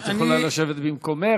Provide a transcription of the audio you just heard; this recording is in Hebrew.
את יכולה לשבת במקומך.